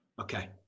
okay